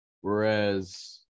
whereas